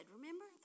Remember